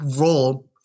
role